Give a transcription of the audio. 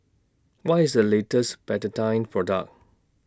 What IS The latest Betadine Product